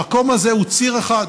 המקום הזה הוא ציר אחד: